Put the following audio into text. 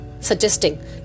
suggesting